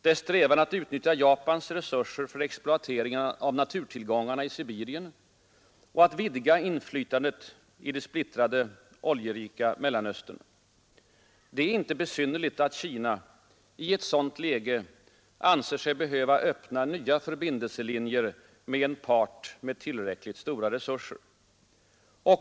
Dess strävan att utnyttja Japans resurser för exploatering av naturtillgångarna i Sibirien och att vidga inflytandet i den splittrade, oljerika Mellanöstern. Det är inte besynnerligt att Kina i ett sådant läge anser sig behöva öppna nya förbindelselinjer med en part med tillräckligt stora resurser.